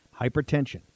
Hypertension